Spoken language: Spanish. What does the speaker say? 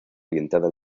orientada